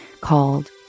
called